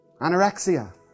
Anorexia